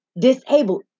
disabled